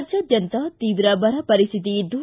ರಾಜ್ಯಾದ್ಯಂತ ತೀವ್ರ ಬರಪರಿಸ್ಥಿತಿ ಇದ್ದು